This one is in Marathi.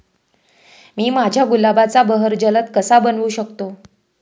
मी माझ्या गुलाबाचा बहर जलद कसा बनवू शकतो?